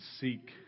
seek